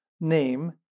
name